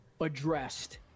addressed